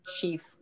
chief